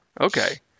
Okay